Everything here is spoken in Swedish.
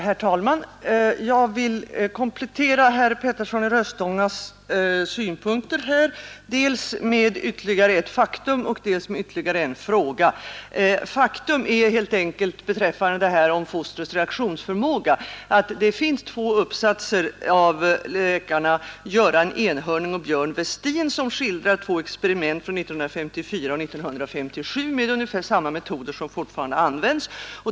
Herr talman! Jag vill komplettera herr Peterssons i Röstånga synpunkter dels med ytterligare ett faktum, dels med ytterligare en fråga. Faktum är helt enkelt, beträffande fostrets reaktionsförmåga, att det finns två uppsatser av läkarna Göran Enhörning och Björn Westin, som skildrar två experiment från 1954 och 1957 med ungefär samma metoder som fortfarande används.